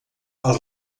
els